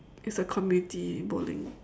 it's a community bowling